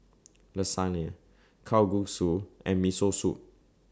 Lasagne Kalguksu and Miso Soup